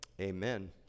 Amen